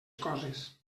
coses